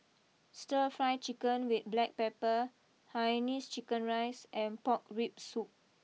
Stir Fry Chicken with Black Pepper Hainanese Chicken Rice and Pork Rib Soup